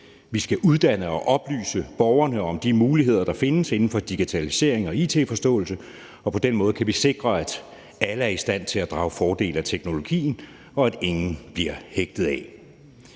Vi skal uddanne og oplyse borgerne om de muligheder, der findes inden for digitalisering og it-forståelse, og på den måde kan vi sikre, at alle er i stand til at drage fordel af teknologien, og at ingen bliver hægtet af.